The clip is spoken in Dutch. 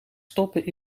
stoppen